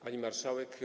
Pani Marszałek!